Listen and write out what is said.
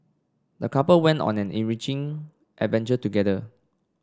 the couple went on an enriching adventure together